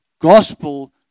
gospel